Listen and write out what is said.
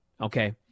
okay